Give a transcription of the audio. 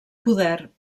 poder